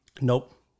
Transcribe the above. Nope